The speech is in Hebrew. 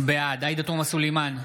בעד עאידה תומא סלימאן,